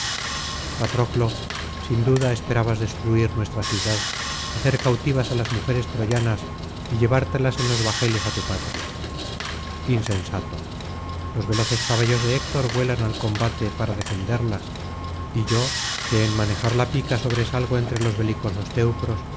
patroclo sin duda esperabas destruir nuestra ciudad hacer cautivas á las mujeres troyanas y llevártelas en los bajeles á tu patria jinsensato los veloces caballos de héctor vuelan al combate para defenderlas y yo que en manejar la pica sobresalgo entre los belicosos teucros